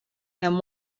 and